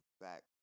back